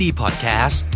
podcast